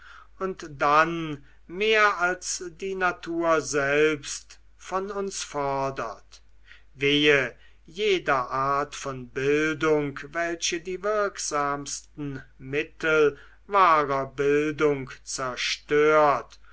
und dann mehr als die natur selbst von uns fordert wehe jeder art von bildung welche die wirksamsten mittel wahrer bildung zerstört